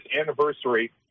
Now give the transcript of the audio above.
anniversary